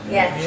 Yes